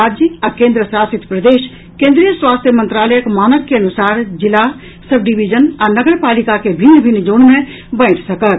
राज्य आ केन्द्रशासित प्रदेश केन्द्रीय स्वास्थ्य मंत्रालयक मानक के अनुसार जिला सब डीविजन आ नगर पालिका के भिन्न भिन्न जोन मे बांटि सकत